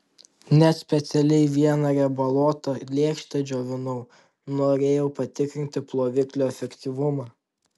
net specialiai vieną riebaluotą lėkštę džiovinau norėjau patikrinti ploviklio efektyvumą